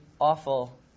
awful